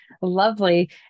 Lovely